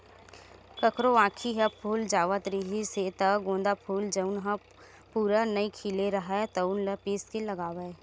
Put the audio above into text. कखरो आँखी ह फूल जावत रिहिस हे त गोंदा फूल जउन ह पूरा नइ खिले राहय तउन ल पीस के लगावय